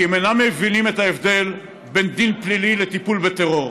כי הם אינם מבינים את ההבדל בין דין פלילי לטיפול בטרור.